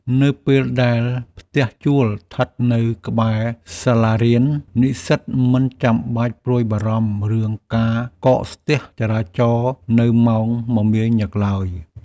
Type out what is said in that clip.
នៅពេលដែលផ្ទះជួលស្ថិតនៅក្បែរសាលារៀន និស្សិតមិនចាំបាច់ព្រួយបារម្ភរឿងការកកស្ទះចរាចរណ៍នៅម៉ោងមមាញឹកឡើយ។